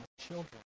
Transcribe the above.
children